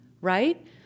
right